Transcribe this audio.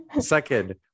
Second